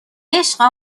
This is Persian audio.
عشق